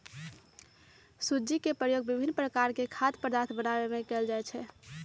सूज्ज़ी के प्रयोग विभिन्न प्रकार के खाद्य पदार्थ बनाबे में कयल जाइ छै